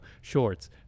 shorts